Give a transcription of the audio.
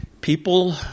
people